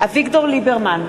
אביגדור ליברמן,